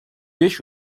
beş